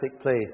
place